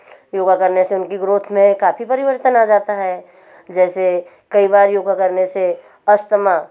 योग करने से उनकी ग्रोथ में काफ़ी परिवर्तन आ जाता है जैसे कई बार योग करने से अस्थमा